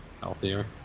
healthier